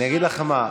אני אגיד לך מה,